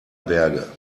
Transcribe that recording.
berge